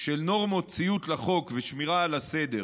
של נורמות ציות לחוק ושמירה על הסדר